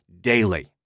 daily